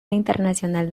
internacional